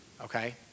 okay